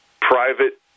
private